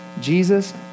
Jesus